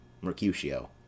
Mercutio